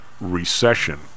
recession